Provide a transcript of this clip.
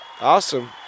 Awesome